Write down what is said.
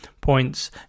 points